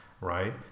right